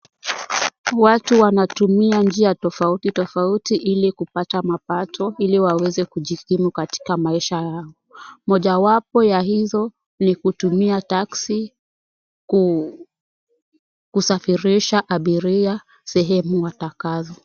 Watu wanatumia njia tofauti tofauti ili kupata mapato Ili waweze kujikimu katika maisha yao. Mojawapo ya hizo ni kutumia taxi kusafirisha abiria sehemu watakazo.